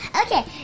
okay